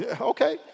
okay